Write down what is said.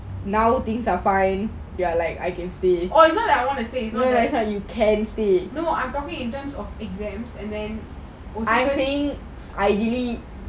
no I'm talking in terms of exams not like I want to stay no I'm talking in terms of exams